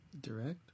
Direct